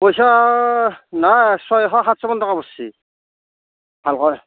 পইচা নাই ছয়শ সাতশমান টকা পৰচি ভাল কৰে